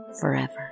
forever